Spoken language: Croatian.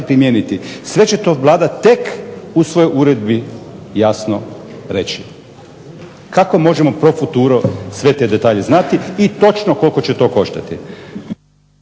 primijeniti. Sve će to Vlada tek u svojoj uredbi jasno reći. Kako možemo pro futuro sve te detalje znati i točno koliko će to koštati?